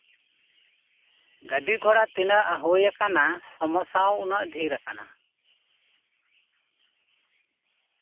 ᱜᱟᱹᱰᱤ ᱜᱷᱚᱲᱟ ᱛᱤᱱᱟᱹᱜ ᱦᱩᱭᱟᱠᱟᱱᱟ ᱥᱚᱢᱚᱥᱥᱟ ᱦᱚᱸ ᱩᱱᱟᱹᱜ ᱰᱷᱮᱨ ᱟᱠᱟᱱᱟ